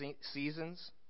seasons